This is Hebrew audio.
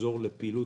לחזור לפעילות